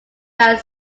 that